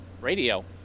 Radio